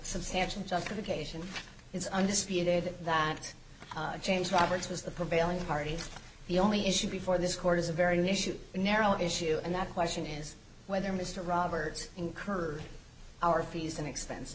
substantial justification is undisputed that james roberts was the prevailing party the only issue before this court is a very issue narrow issue and that question is whether mr roberts incurred our fees and expens